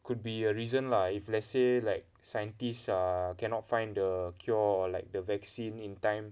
could be a reason lah if let's say like scientists err cannot find the cure or like the vaccine in time